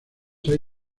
hay